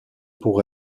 pour